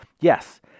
Yes